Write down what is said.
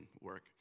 work